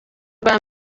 rwa